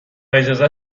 اجازه